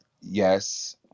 Yes